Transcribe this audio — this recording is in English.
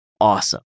awesome